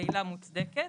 ושהעילה מוצדקת.